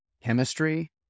chemistry